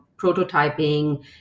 prototyping